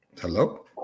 Hello